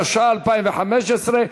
התשע"ה 2015,